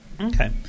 Okay